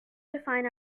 define